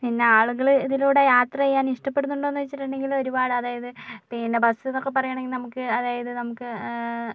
പിന്നെ ആളുകള് ഇതിലൂടെ യാത്ര ചെയ്യാനിഷ്ട്ടപ്പെടുന്നുണ്ടോന്ന് ചോദിച്ചിട്ടുണ്ടെങ്കില് ഒരുപാട് അതായത് പിന്നെ ബസ്സ്ന്നൊക്കെ പറയണങ്കിൽ നമുക്ക് അതായത് നമുക്ക്